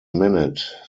minute